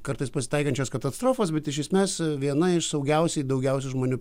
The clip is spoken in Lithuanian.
kartais pasitaikančios katastrofos bet iš esmės viena iš saugiausiai daugiausiai žmonių